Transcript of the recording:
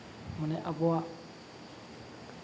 ᱢᱟᱱᱮ ᱟᱵᱚᱣᱟᱜ